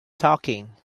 talking